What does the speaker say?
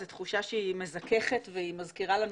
זו תחושה שהיא מזככת והיא מזכירה לנו